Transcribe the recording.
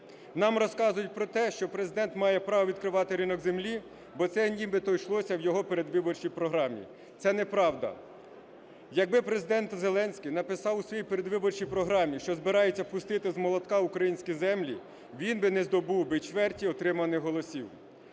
Нам розказують про те, що Президент має право відкривати ринок землі, бо це нібито йшлося в його передвиборчій програмі. Це неправда. Якби Президент Зеленський написав у своїй передвиборчій програмі, що збирається пустити з молотка українські землі, він би не здобув би й чверті отриманих голосів.